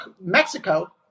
Mexico